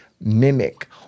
mimic